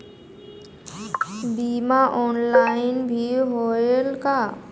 बीमा ऑनलाइन भी होयल का?